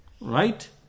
Right